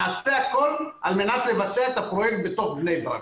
נעשה הכול על מנת לבצע את הפרויקט בתוך בני ברק.